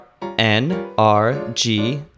N-R-G